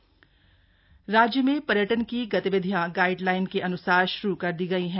पर्यटन सचिव टिहरी राज्य में पर्यटन की गतिविधियां गाइडलाइनके अन्सार श्रू कर दी गई है